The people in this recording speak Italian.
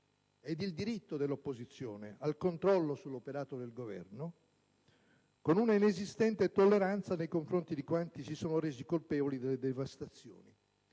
e il suo diritto al controllo dell'operato del Governo con una inesistente tolleranza nei confronti di quanti si sono resi colpevoli delle devastazioni.